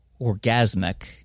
orgasmic